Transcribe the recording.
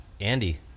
Andy